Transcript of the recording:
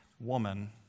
woman